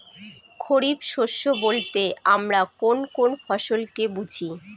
খরিফ শস্য বলতে আমরা কোন কোন ফসল কে বুঝি?